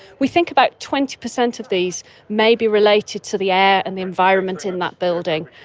we think about twenty percent of these may be related to the air and the environment in that building,